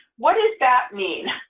what does that mean?